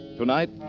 Tonight